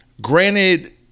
granted